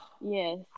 Yes